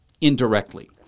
indirectly